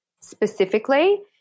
specifically